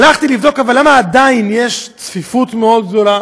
להגיד מילה טובה